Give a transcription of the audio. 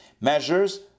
measures